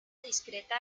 discreta